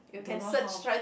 don't know how